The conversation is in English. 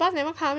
bus never come